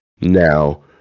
Now